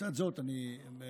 לצד זאת אני אומר,